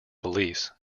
police